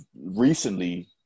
recently